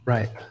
Right